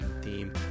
theme